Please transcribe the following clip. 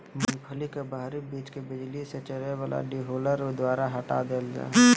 मूंगफली के बाहरी बीज के बिजली से चलय वला डीहुलर द्वारा हटा देल जा हइ